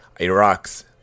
iraq's